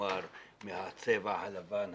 כלומר מהצבע הלבן,